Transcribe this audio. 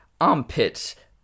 armpit